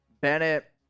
Bennett